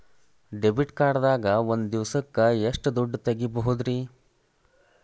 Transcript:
Debit card ದಾಗ ಒಂದ್ ದಿವಸಕ್ಕ ಎಷ್ಟು ದುಡ್ಡ ತೆಗಿಬಹುದ್ರಿ?